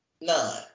none